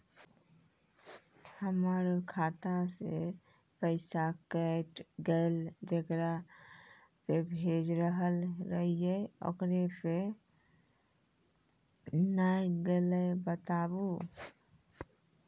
हमर खाता से पैसा कैट गेल जेकरा पे भेज रहल रहियै ओकरा पे नैय गेलै बताबू?